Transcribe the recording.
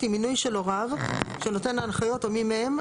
מינוי של הוריו של נותן ההנחיות או מי מהם,